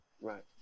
Right